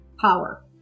power